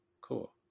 cool